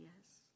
yes